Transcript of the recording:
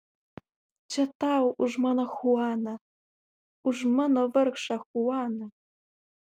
čia tau už mano chuaną už mano vargšą chuaną